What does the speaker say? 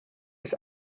bis